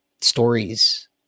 stories